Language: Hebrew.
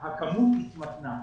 הכמות התמתנה.